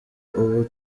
ubu